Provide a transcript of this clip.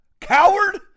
Coward